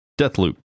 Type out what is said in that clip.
Deathloop